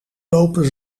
lopen